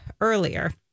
earlier